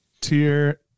Tier